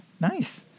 Nice